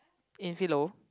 in philo